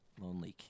Lonely